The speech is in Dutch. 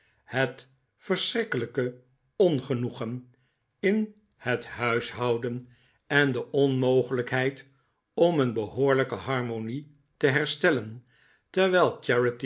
het verschrikkelijke ongenoegen in het huishouden en de onmogelijkheid om een behoorlijke harmonie te herstellen terwijl